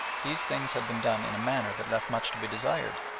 these things had been done in a manner that left much to be desired.